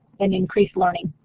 and increased learning.